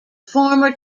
former